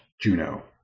Juno